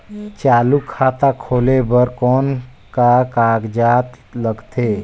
चालू खाता खोले बर कौन का कागजात लगथे?